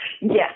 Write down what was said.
Yes